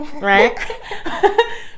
right